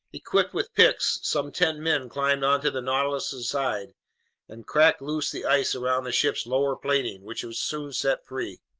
equipped with picks, some ten men climbed onto the nautilus's sides and cracked loose the ice around the ship's lower plating, which was soon set free.